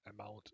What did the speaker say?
amount